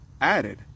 added